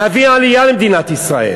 להביא עלייה למדינת ישראל?